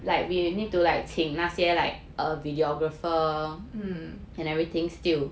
mm